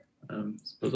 Suppose